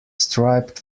striped